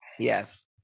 Yes